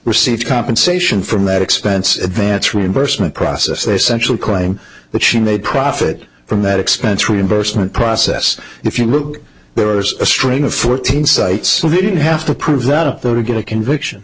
received compensation from that expense advance reimbursement process a central claim that she made profit from that expense reimbursement process if you look there are a string of fourteen cites didn't have to prove that up though to get a conviction